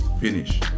finish